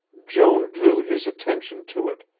joan drew his attention to it,